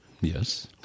yes